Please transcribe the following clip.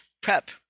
prep